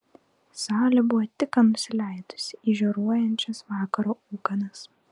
saulė buvo tik ką nusileidusi į žioruojančias vakaro ūkanas